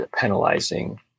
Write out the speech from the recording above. penalizing